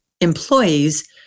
employees